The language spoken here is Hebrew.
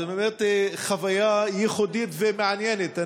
זו באמת חוויה ייחודית ומעניינת.